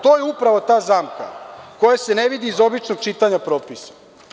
To je upravo ta zamka koja se ne vidi iz običnog čitanja propisa.